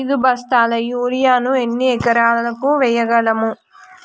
ఐదు బస్తాల యూరియా ను ఎన్ని ఎకరాలకు వేయగలము?